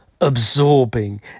absorbing